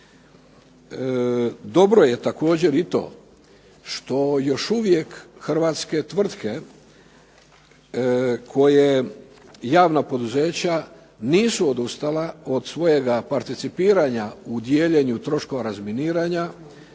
Dobro je također i to što još uvijek hrvatske tvrtke koje javna poduzeća nisu odustala od svojega participiranja u dijeljenju troškova razminiranja,